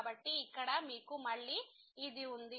కాబట్టి ఇక్కడ మీకు మళ్ళీ ఇది ఉంది